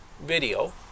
video